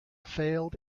failed